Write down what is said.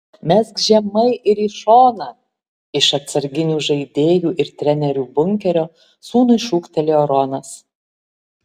mesk žemai ir į šoną iš atsarginių žaidėjų ir trenerių bunkerio sūnui šūktelėjo ronas